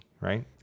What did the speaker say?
right